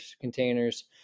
containers